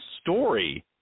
story